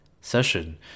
session